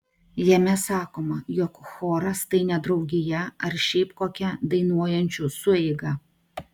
jame sakoma jog choras tai ne draugija ar šiaip kokia dainuojančių sueiga